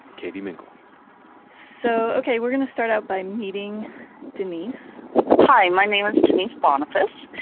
katie mingle so okay, we're going to start out by meeting denise hi, my name is denise boniface,